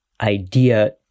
idea